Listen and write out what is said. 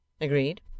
Agreed